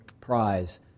prize